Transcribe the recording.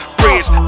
bridge